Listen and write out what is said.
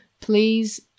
please